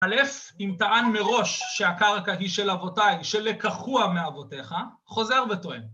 אלף, אם טען מראש שהקרקע היא של אבותיי, של לקחוה מאבותיך, חוזר וטוען.